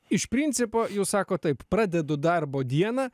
iš principo jūs sakot taip pradedu darbo dieną